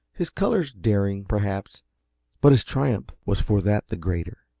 his colors daring, perhaps but his triumph was for that the greater.